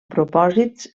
propòsits